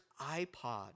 iPod